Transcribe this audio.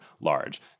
large